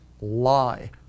lie